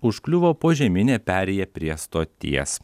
užkliuvo požeminė perėja prie stoties